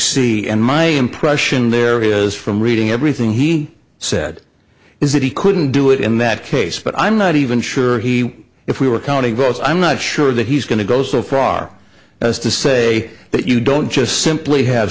see and my impression there is from reading everything he said is that he couldn't do it in that case but i'm not even sure he if we were counting votes i'm not sure that he's going to go so far as to say that you don't just simply have